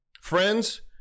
Friends